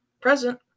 Present